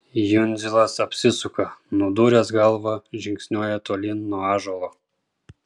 jundzilas apsisuka nudūręs galvą žingsniuoja tolyn nuo ąžuolo